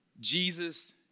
Jesus